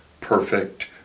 perfect